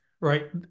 Right